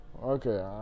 Okay